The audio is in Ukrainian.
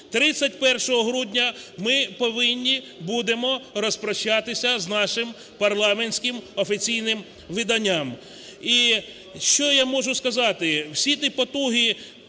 31 грудня ми повинні будемо розпрощатися з нашим парламентським офіційним виданням. І що я можу сказати. Всі ті потуги